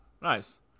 Nice